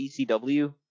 ECW